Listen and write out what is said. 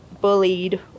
bullied